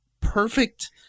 perfect